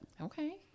okay